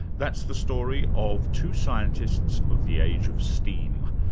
that's the story of two scientists of the age of steam,